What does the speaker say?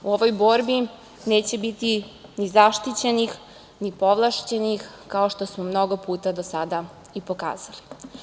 U ovoj borbi neće biti ni zaštićenih, ni povlašćenih, kao što smo mnogo puta do sada i pokazali.